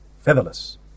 featherless